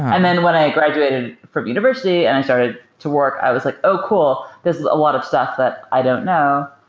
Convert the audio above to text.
and then when i graduated from the university and i started to work, i was like, oh, cool. this is a lot of stuff that i don't know.